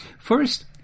First